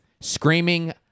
Screaming